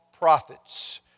prophets